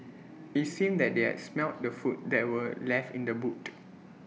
IT seemed that they had smelt the food that were left in the boot